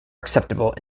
acceptable